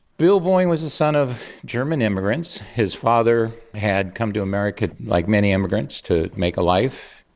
bill boeing was the son of german immigrants, his father had come to america, like many immigrants, to make a life.